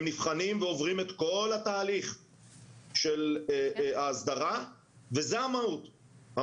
הם נבחנים ועוברים את כל התהליך של ההסדרה וזה המהות.